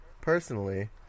personally